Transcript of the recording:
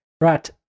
right